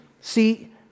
See